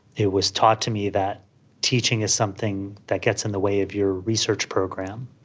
it was taught to me that teaching is something that gets in the way of your research program.